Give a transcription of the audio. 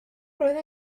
roedd